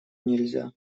нельзя